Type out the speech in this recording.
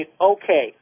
okay